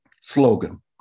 Slogan